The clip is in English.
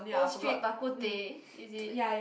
Old Street Bak-Kut-Teh is it